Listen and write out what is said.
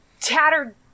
tattered